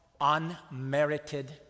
unmerited